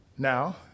Now